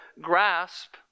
grasp